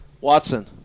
Watson